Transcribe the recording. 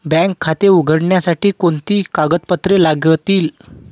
Bank खाते उघडण्यासाठी कोणती कागदपत्रे लागतील?